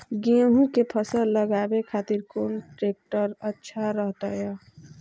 गेहूं के फसल लगावे खातिर कौन ट्रेक्टर अच्छा रहतय?